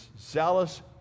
zealous